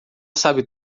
sabe